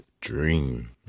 dream